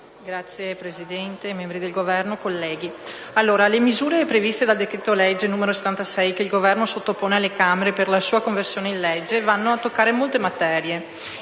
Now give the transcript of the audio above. Signor Presidente, membri del Governo, colleghi, le misure previste nel decreto-legge n. 76, che il Governo sottopone alle Camere per la sua conversione in legge, vanno a toccare molte materie.